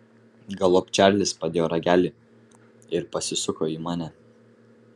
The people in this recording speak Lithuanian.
galop čarlis padėjo ragelį ir pasisuko į mane